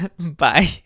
bye